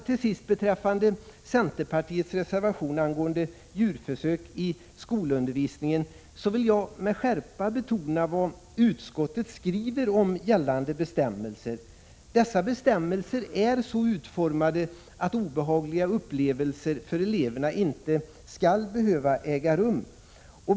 Till sist beträffande centerpartiets reservation angående djurförsök i skolundervisningen vill jag med skärpa betona vad utskottet skriver om gällande bestämmelser. Dessa bestämmelser är så utformade att obehagliga upplevelser för eleverna inte skall behöva äga rum.